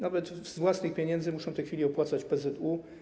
Nawet z własnych pieniędzy muszą w tej chwili opłacać PZU.